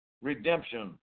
redemption